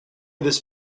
this